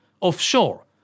offshore